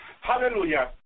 hallelujah